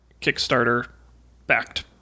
Kickstarter-backed